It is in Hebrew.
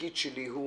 התפקיד שלי הוא